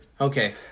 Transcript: okay